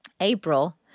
April